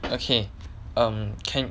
okay um can